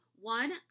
one